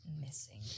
missing